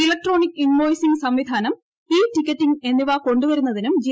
electronic invoicing സംവിധാനം e ticketing എന്നിവ കൊണ്ടുവരുന്നതിനും ജി